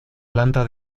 planta